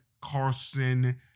Carson